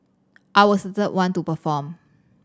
I was the third one to perform